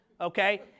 okay